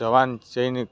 જવાન સૈનિક